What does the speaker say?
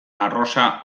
arrosa